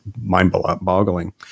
mind-boggling